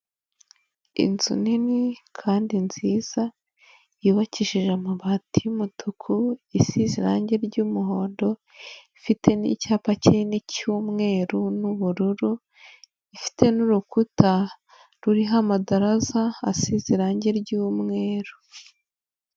Inzu nini kandi nziza yubakishije amabati yumutuku isize irangi ry'umuhondo, ifite niicyapa kinini cyumweru, nubururu ifite n'urukuta ruriho amadaraza asize irangi ry'umweru.